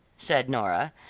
said nora,